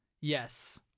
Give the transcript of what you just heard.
Yes